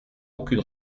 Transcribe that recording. aucune